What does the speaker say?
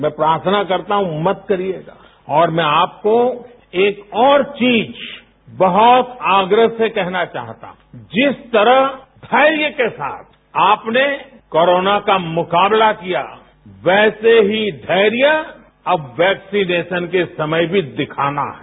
मैं प्रार्थना करता हूं मत करिए और मैं आपको एक और चीज बहुत आग्रह से कहना चाहता हूं जिस तरह धैर्य के साथ आपने कोरोना का मुकाबला किया वैसे ही धैर्य अब वैक्सीनेशन के समय भी दिखाना है